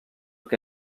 que